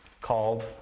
called